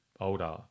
older